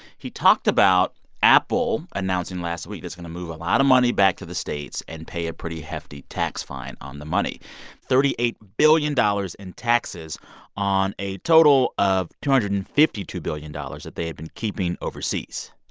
he talked about apple announcing last week it's going to move a lot of money back to the states and pay a pretty hefty tax fine on the money thirty eight billion dollars in taxes on a total of two hundred and fifty two billion dollars that they have been keeping overseas.